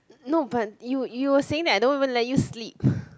no but you you were saying that I don't even let you sleep